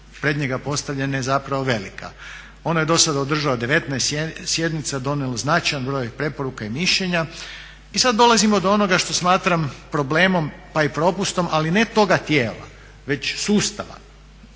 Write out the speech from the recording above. pred njega postavljene zapravo velika. Ono je dosada održao 19 sjednica, donijelo značajan broj preporuka i mišljenja i sad dolazimo do onoga što smatram problemom, pa i propustom ali ne toga tijela već sustava.